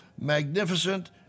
magnificent